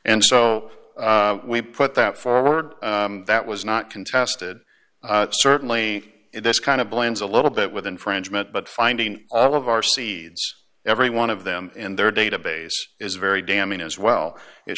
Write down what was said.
and so we put that forward that was not contested certainly in this kind of blends a little bit with infringement but finding all of our seeds every one of them in their database is very damning as well it